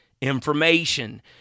information